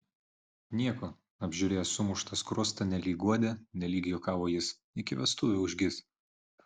nieko apžiūrėjęs sumuštą skruostą nelyg guodė nelyg juokavo jis iki vestuvių užgis